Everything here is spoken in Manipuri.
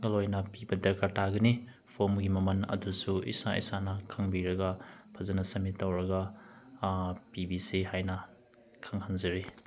ꯒ ꯂꯣꯏꯅ ꯄꯤꯕ ꯗꯔꯀꯥꯔ ꯇꯥꯒꯅꯤ ꯐꯣꯝ ꯑꯃꯒꯤ ꯃꯃꯟ ꯑꯗꯨꯁꯨ ꯏꯁꯥ ꯏꯁꯥꯅ ꯈꯪꯕꯤꯔꯒ ꯐꯖꯅ ꯁꯝꯃꯤꯠ ꯇꯧꯔꯒ ꯄꯤꯕꯤꯁꯤ ꯍꯥꯏꯅ ꯈꯪꯍꯟꯖꯔꯤ